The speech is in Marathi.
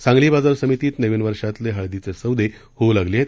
सांगली बाजार समितीत नवीन वर्षातले हळदीचे सौदे होऊ लागले आहेत